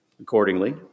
Accordingly